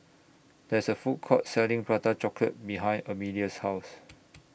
There IS A Food Court Selling Prata Chocolate behind Emilia's House